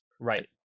right